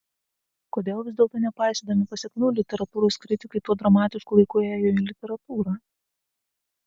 kodėl vis dėlto nepaisydami pasekmių literatūros kritikai tuo dramatišku laiku ėjo į literatūrą